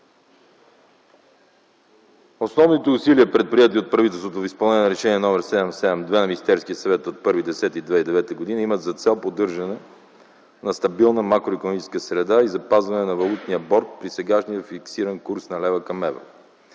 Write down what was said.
Основните усилия, предприети от правителството за изпълнение на Решение № 772 на Министерския съвет от 1 октомври 2009 г., имат за цел поддържане на стабилна макроикономическа среда и запазване на валутния борд при сегашния фиксиран курс на лева към еврото.